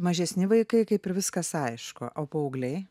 mažesni vaikai kaip ir viskas aišku o paaugliai